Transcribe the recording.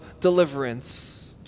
Deliverance